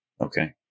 Okay